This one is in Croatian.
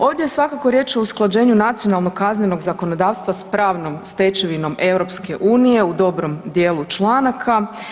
Ovdje je svakako riječ o usklađenju nacionalnog kaznenog zakonodavstva sa pravnom stečevinom EU u dobrom dijelu članaka.